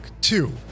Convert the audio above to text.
Two